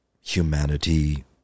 humanity